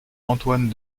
antoine